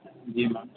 جی میں